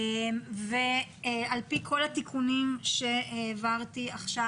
על פי כל התיקונים שהעברתי עכשיו,